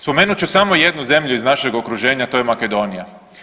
Spomenut ću samo jednu zemlju iz našeg okruženja, to je Makedonija.